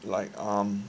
like um